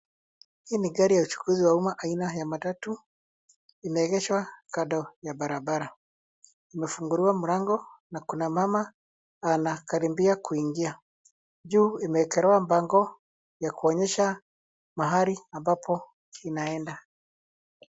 Hii ni gari ya uchukuzi wa umma aina ya matatu, imeegeshwa kando ya barabara. Imefunguliwa mlango, na kuna mama anakaribia kuingia. Juu imeekelewa bango ya kuonyesha mahali ambapo inaenda.